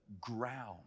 ground